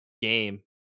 game